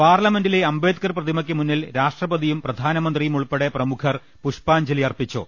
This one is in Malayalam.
പാർലമെന്റിലെ അംബേ ദ്കർ പ്രതിമക്ക് മുന്നിൽ രാഷ്ട്രപതിയും പ്രധാനമന്ത്രിയും ഉൾപ്പെടെ പ്രമുഖർ പുഷ്പാഞ്ജലി അർപ്പിച്ചു